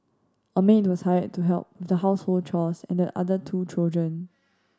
a maid was hired to help with the household chores and the other two children